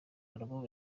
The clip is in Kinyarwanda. album